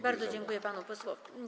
Bardzo dziękuję panu posłowi.